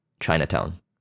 Chinatown